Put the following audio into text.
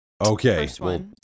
Okay